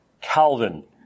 Calvin